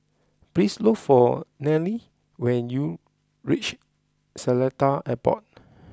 please look for Nelly when you reach Seletar Airport